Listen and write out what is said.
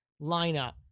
lineup